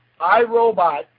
iRobot